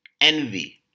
Envy